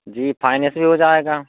जी finance भी हो जाएगा